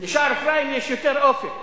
בשער-אפרים יש יותר אופק.